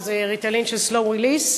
שזה "ריטלין" של slow release,